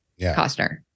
Costner